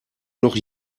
noch